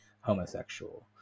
homosexual